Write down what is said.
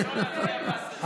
לא להצביע,